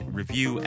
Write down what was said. review